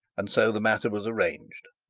and so the matter was arranged.